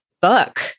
book